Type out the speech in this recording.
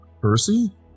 Percy